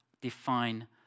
define